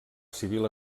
civil